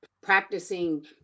practicing